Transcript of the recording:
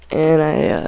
and i